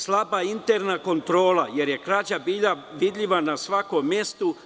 Slaba je interna kontrola, jer je krađa bila vidljiva na svakom mestu.